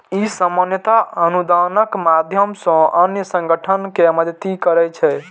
ई सामान्यतः अनुदानक माध्यम सं अन्य संगठन कें मदति करै छै